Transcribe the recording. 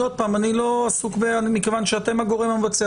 אני לא עסוק מכיוון שאתם הגורם המבצע,